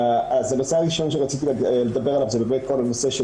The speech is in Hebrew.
הנושא הראשון שרציתי לדבר עליו זה באמת כל הנושא של